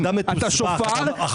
אתה אדם מתוסבך, אתה אכול רגשי נחיתות.